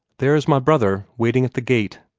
there is my brother, waiting at the gate,